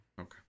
Okay